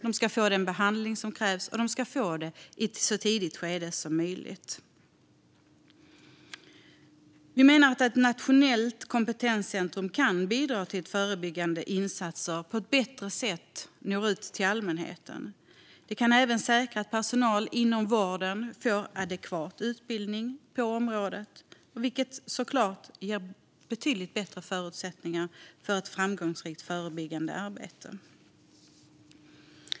De ska få den behandling som krävs, och de ska få den i ett så tidigt skede som möjligt. Vi menar att ett nationellt kompetenscentrum kan bidra till att förebyggande insatser på ett bättre sätt når ut till allmänheten. Det kan även säkra att personal inom vården får adekvat utbildning på området, vilket såklart ger betydligt bättre förutsättningar för ett framgångsrikt förebyggande arbete.